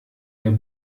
der